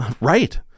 Right